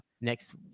next